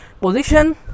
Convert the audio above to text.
position